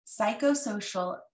psychosocial